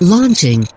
Launching